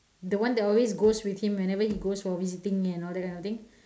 the one that always goes with him whenever he goes for visiting and all that kind of thing